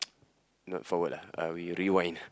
not forward lah uh we rewind